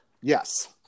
Yes